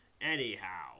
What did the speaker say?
Anyhow